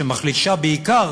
שמחלישה בעיקר